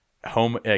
Home